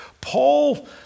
Paul